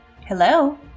Hello